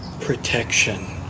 protection